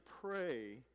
pray